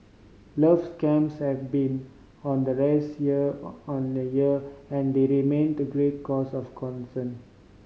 love scams have been on the rise year on the year and they remain to great cause of concern